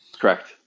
correct